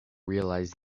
realise